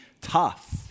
tough